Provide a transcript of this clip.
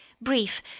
brief